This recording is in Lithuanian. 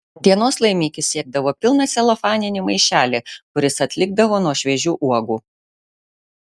dienos laimikis siekdavo pilną celofaninį maišelį kuris atlikdavo nuo šviežių uogų